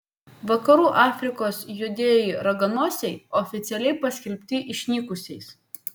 vakarų afrikos juodieji raganosiai oficialiai paskelbti išnykusiais